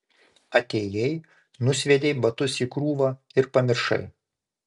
atėjai nusviedei batus į krūvą ir pamiršai